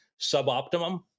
suboptimum